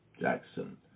Jackson